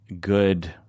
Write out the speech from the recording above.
good